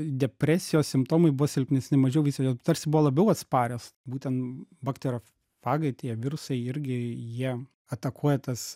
depresijos simptomai buvo silpnesni mažiau vys jos tarsi buvo labiau atsparios būtent bakterofagai tie virusai irgi jie atakuoja tas